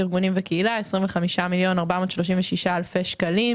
ארגונים וקהילה 25,436,000 שקלים